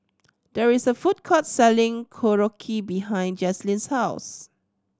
there is a food court selling Korokke behind Jazlynn's house